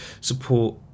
support